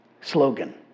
slogan